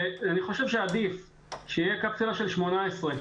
אני חושב שעדיף שתהיה קפסולה של 18,